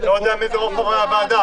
אני לא יודע מי זה רוב חברי הוועדה.